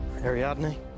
Ariadne